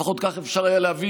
לפחות כך אפשר היה להבין.